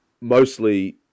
mostly